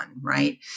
right